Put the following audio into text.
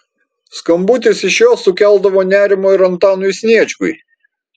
skambutis iš jos sukeldavo nerimo ir antanui sniečkui